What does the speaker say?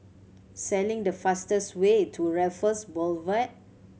the fastest way to Raffles Boulevard